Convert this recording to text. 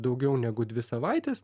daugiau negu dvi savaites